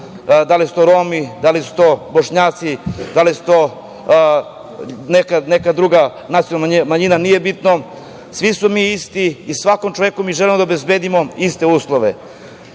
da li su to Romi, da li su to Bošnjaci, da li je to neka druga nacionalna manjina, nije bitno, svi smo mi isti i svakom čoveku želimo da obezbedimo iste uslove.